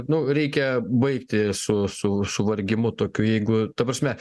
nu reikia baigti su su su vargimu tokiu jeigu ta prasme